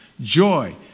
joy